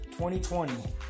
2020